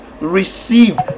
receive